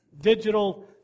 digital